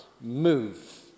move